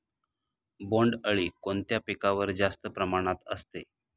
बोंडअळी कोणत्या पिकावर जास्त प्रमाणात असते?